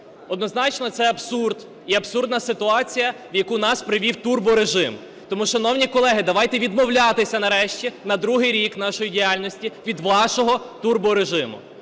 Однозначно це абсурд і абсурдна ситуація, в яку нас привів турборежим. Тому, шановні колеги, давайте відмовлятися нарешті на другий рік нашої діяльності від вашого турборежиму.